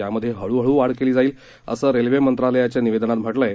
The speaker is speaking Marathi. यात हळूहळू वाढ केली जाईल असं रेल्वे मंत्रालयाच्या निवेदनात म्हटलं आहे